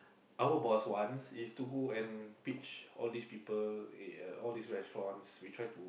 our boss wants is to go and pitch all these people all these restaurants we try to